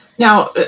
Now